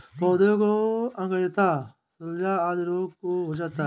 पौधों में अंगैयता, झुलसा आदि रोग हो जाता है